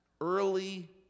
early